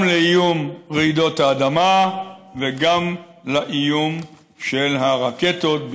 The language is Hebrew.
גם לאיום רעידות האדמה וגם לאיום של הרקטות,